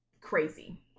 crazy